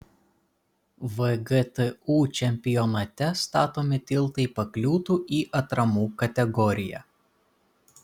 vgtu čempionate statomi tiltai pakliūtų į atramų kategoriją